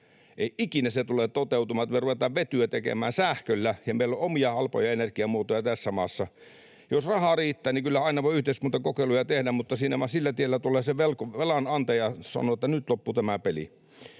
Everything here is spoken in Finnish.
Ei ikinä tulee toteutumaan se, että me ruvetaan vetyä tekemään sähköllä ja meillä on omia halpoja energiamuotoja tässä maassa. Jos rahaa riittää, niin kyllä aina voi yhteiskuntakokeiluja tehdä, mutta sillä tiellä tulee se velanantaja sanomaan, että nyt loppu tämä peli.